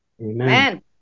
Amen